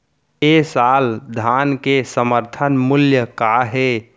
ए साल धान के समर्थन मूल्य का हे?